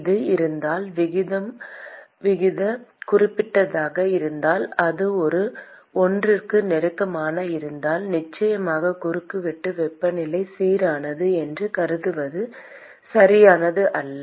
அது இருந்தால் விகித விகிதம் குறிப்பிடத்தக்கதாக இருந்தால் அது ஒன்றுக்கு நெருக்கமாக இருந்தால் நிச்சயமாக குறுக்குவெட்டு வெப்பநிலை சீரானது என்று கருதுவது சரியானது அல்ல